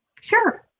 Sure